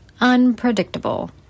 unpredictable